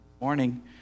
morning